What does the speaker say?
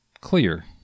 clear